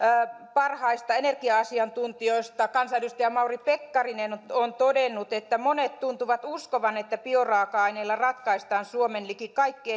parhaista energia asiantuntijoista kansanedustaja mauri pekkarinen on on todennut että monet tuntuvat uskovan että bioraaka aineilla ratkaistaan suomen liki kaikki